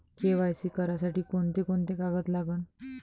KYC करासाठी कोंते कोंते कागद लागन?